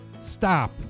Stop